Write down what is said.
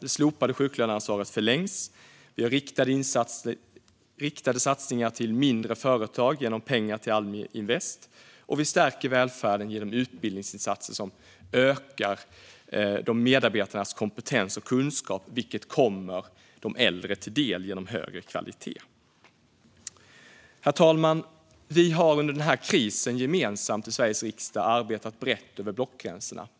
Det slopade sjuklöneansvaret förlängs, vi gör riktade satsningar på mindre företag genom pengar till Almi Invest, och vi stärker välfärden genom utbildningsinsatser som ökar medarbetarnas kompetens och kunskap, vilket kommer de äldre till del genom högre kvalitet. Herr talman! Vi har under den här krisen gemensamt i Sveriges riksdag arbetat brett över blockgränserna.